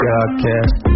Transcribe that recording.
Godcast